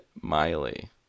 Miley